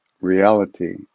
reality